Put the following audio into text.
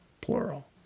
plural